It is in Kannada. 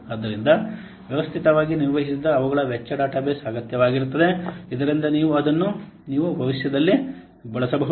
ಆದ್ದರಿಂದ ವ್ಯವಸ್ಥಿತವಾಗಿ ನಿರ್ವಹಿಸಿದ ಅವುಗಳ ವೆಚ್ಚ ಡೇಟಾಬೇಸ್ ಅಗತ್ಯವಾಗಿರುತ್ತದೆ ಇದರಿಂದ ನೀವು ಅದನ್ನು ನೀವು ಭವಿಷ್ಯದಲ್ಲಿ ಬಳಸಬಹುದು